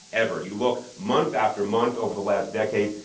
ever. you look month after month over the last decade,